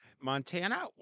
Montana